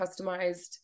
customized